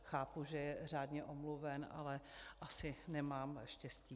Chápu, že je řádně omluven, ale asi nemám štěstí.